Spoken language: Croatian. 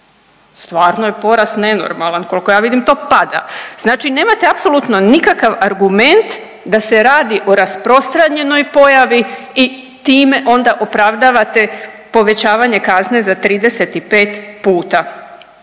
stvarno je porast nenormalan. Koliko ja vidim to pada. Znači nemate apsolutno nikakav argument da se radi o rasprostranjenoj pojavi i time onda opravdavate povećavanje kazne za 35 puta.